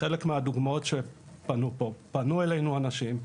חלק מהדוגמאות שפנו פה, פנו אלינו אנשים,